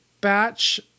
batch